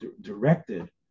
directed